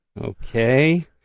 okay